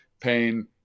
pain